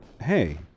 Hey